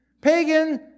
Pagan